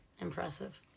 Impressive